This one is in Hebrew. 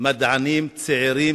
מדענים צעירים,